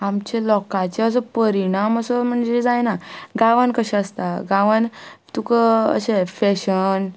आमचे लोकांचे असो परिणाम असो म्हणजे जायना गांवांन कशें आसता गांवान तुका अशें फॅशन